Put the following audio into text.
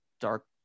dark